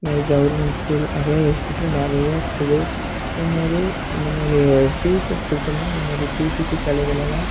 இது மாதிரி government school நிறைய எக்ஸெட்ரா நிறையா இருக்குது இது மாரி இந்த மாரி ஃபீஸ் எடுத்துக்கிட்டோம்னால் இந்த மாரி பிஜிபி காலேஜுலெலாம்